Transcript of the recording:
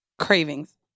cravings